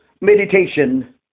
meditation